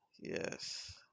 yes